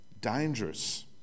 dangerous